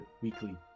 weekly